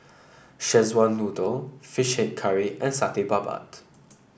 Szechuan Noodle Fish Head Curry and Satay Babat